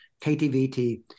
KTVT